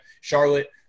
Charlotte